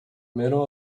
middle